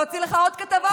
להוציא לך עוד כתבות?